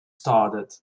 started